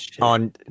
on